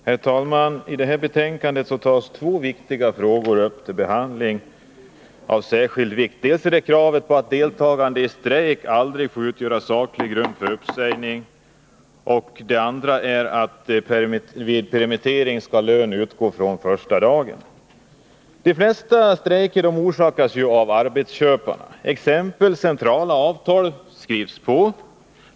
Herr talman! I detta betänkande tas två viktiga frågor upp till behandling, nämligen dels kravet på att deltagande i strejk aldrig får utgöra saklig grund för uppsägning, dels kravet på att vid permittering lön skall utgå från första dagen. De flesta strejker orsakas ju av arbetsköparna. Centrala avtal skrivs på.